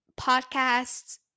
podcasts